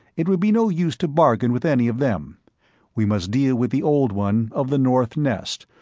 it would be no use to bargain with any of them we must deal with the old one of the north nest,